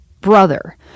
brother